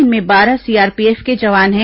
इनमें बारह सीआरपीएफ के जवान है